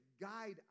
guide